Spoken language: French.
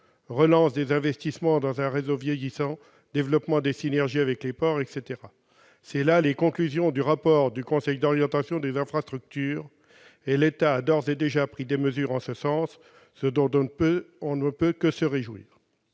relance des investissements dans un réseau vieillissant, développement des synergies avec les ports ... Telles sont les conclusions du rapport du Conseil d'orientation des infrastructures. L'État a d'ores et déjà pris des mesures en ce sens, ce dont on ne peut que se réjouir.